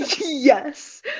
yes